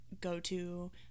go-to